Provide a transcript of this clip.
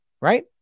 right